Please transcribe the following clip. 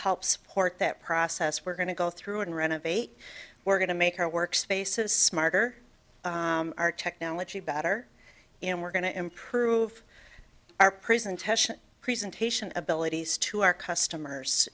help support that process we're going to go through and renovate we're going to make our work spaces smarter our technology better and we're going to improve our prison tesh presentation abilities to our customers